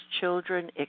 children